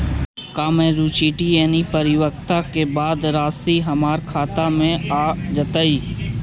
का मैच्यूरिटी यानी परिपक्वता के बाद रासि हमर खाता में आ जइतई?